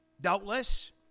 Doubtless